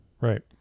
right